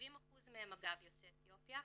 70% מהם אגב יוצאי אתיופיה,